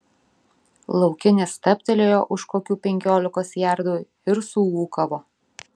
laukinis stabtelėjo už kokių penkiolikos jardų ir suūkavo